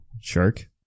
Shark